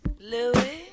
Louis